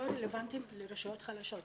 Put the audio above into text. לא רלבנטיים לרשויות חלשות,